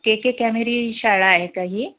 के के कॅमेरी शाळा आहे का ही